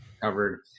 covered